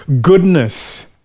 goodness